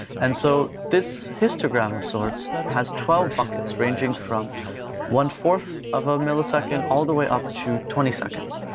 and so this histogram of sorts has twelve buckets, ranging from one-fourth of a millisecond all the way up to twenty seconds.